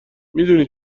میدونی